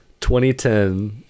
2010